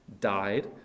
died